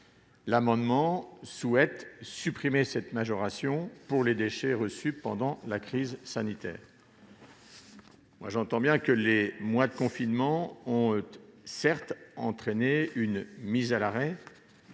L'amendement vise à supprimer cette majoration pour les déchets reçus pendant la crise sanitaire. J'entends bien que les mois de confinement ont entraîné une mise à l'arrêt